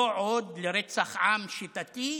לא עוד לרצח עם שיטתי,